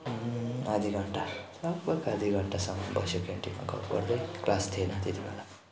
आधी घन्टा लगभग आधी घन्टासम्म बस्यो क्यान्टिनमा गफ गर्दै क्लास थिएन त्यति बेला